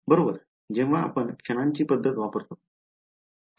बरोबर जेव्हा आपण क्षणांची पद्धत वापरतो